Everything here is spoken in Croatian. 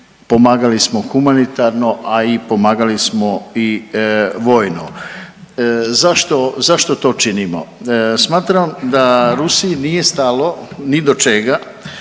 pomagali smo humanitarno, a i pomagali smo i vojno. Zašto to činimo? Smatram da Rusiji nije stalo ni do čega